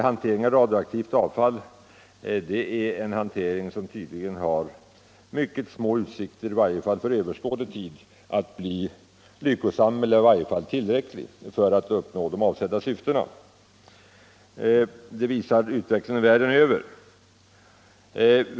Hanteringen av radioaktivt avfall är en hantering som tydligen har mycket små utsikter — i varje fall för överskådlig tid — att bli lyckosam eller i varje fall tillräcklig för att man skall uppnå de avsedda syftena. Det visar utvecklingen världen över.